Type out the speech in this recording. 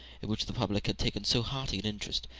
in which the public had taken so hearty an interest,